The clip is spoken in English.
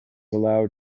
allowed